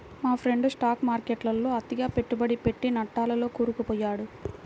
మా friend stock మార్కెట్టులో అతిగా పెట్టుబడి పెట్టి నట్టాల్లో కూరుకుపొయ్యాడు